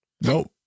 Nope